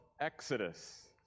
Exodus